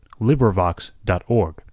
LibriVox.org